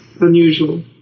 unusual